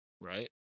Right